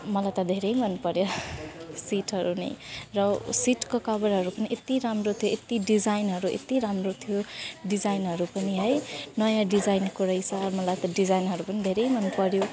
मलाई त धेरै मनपर्यो सिटहरू पनि र सिटको कभरहरू पनि यत्ति राम्रो थियो यत्ति डिजाइनहरू यत्ति राम्रो थियो डिजाइनहरू पनि है नयाँ डिजाइनको रहेछ मलाई त डिजाइनहरू पनि धेरै मनपर्यो